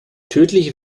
tödliche